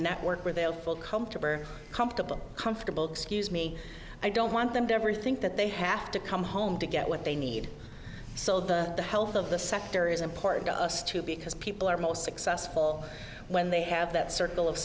network where they'll feel comfortable comfortable comfortable excuse me i don't want them to ever think that they have to come home to get what they need so the health of the sector is important to us too because people are most successful when they have that circle of